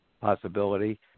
possibility